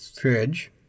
fridge